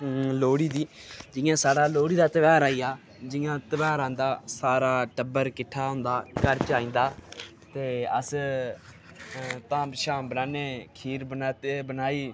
लोह्ड़ी दी जियां स्हाड़ा लोहड़ी दा धेयार आई गेआ जियां धेयार आंदा सारा टब्बर किट्ठा हुन्दा घर च आईं जंदा ते अस धाम शाम बनाने खीर बनाते बनाई